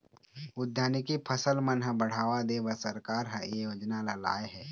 उद्यानिकी फसल मन ह बड़हावा देबर सरकार ह ए योजना ल लाए हे